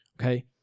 okay